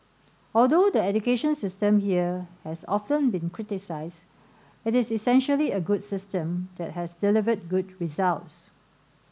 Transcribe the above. although the education system here has often been criticised it is essentially a good system that has delivered good results